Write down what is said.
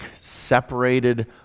separated